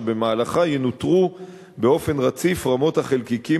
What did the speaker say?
שבמהלכה ינוטרו באופן רציף רמות החלקיקים